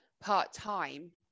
part-time